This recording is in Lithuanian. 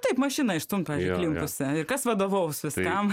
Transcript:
taip mašiną išstumt pavyzdžiui įklimpus ir kas vadovaus viskam